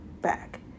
back